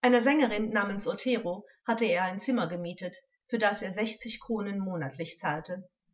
einer sängerin namens otero hatte er ein zimmer gemietet für das er sechzig kronen monatlich zahlte